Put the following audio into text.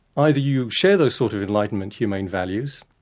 either you share those sort of enlightenment humane values,